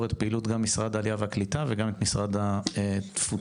את פעילות משרד העלייה והקליטה ומשרד התפוצות.